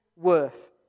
worth